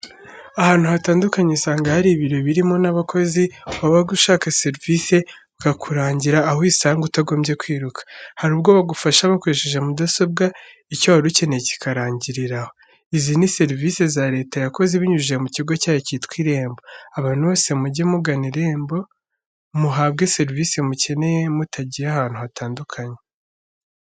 Ahantu hatandukanye usanga hari ibiro birimo n'abakozi wabaga ushaka serevise bakakurangira aho uyisanga utagombye kwiruka, hari ubwo bagufasha bakoresheje mudasobwa icyo wari ukeneye kikarangirira aho. Izi ni serivice za leta yakoze ibinyujije mu kigo cyayo kitwa Irembo, abantu bose mujye mugana Irembo muhabwe serivice mukeneye mutagiye ahantu hatandukanye.